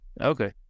Okay